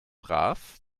brav